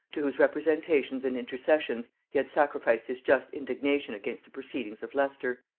to whose representations and intercessions he had sacrificed his just indignation against the proceedings of leicester.